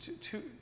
two